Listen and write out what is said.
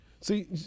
See